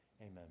amen